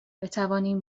بتوانیم